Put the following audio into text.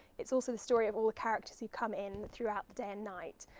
it's also the story of all the characters who come in throughout the day and night.